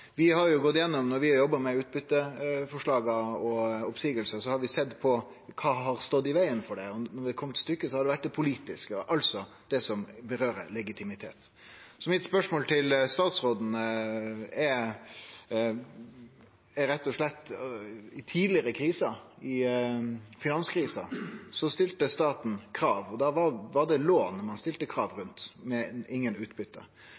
Når vi har jobba med forslag om utbyte og oppseiingar, har vi sett på kva som har stått i vegen for det, og når det har kome til stykket, har det vore det politiske, altså det som gjeld legitimitet. Så spørsmålet mitt til statsråden er rett og slett: I samband med tidlegare kriser, som finanskrisa, stilte staten krav. Da var det lån ein stilte krav til, men ikkje utbyte.